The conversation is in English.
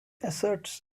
asserts